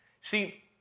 See